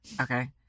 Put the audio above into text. Okay